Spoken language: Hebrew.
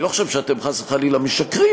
אני לא חושב שאתם חס וחלילה משקרים,